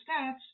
stats